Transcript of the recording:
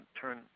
turn